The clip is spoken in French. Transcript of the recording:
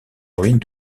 ruines